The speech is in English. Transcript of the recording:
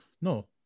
no